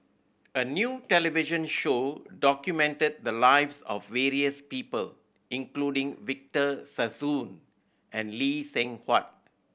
a new television show documented the lives of various people including Victor Sassoon and Lee Seng Huat